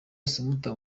assumpta